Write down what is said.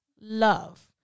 love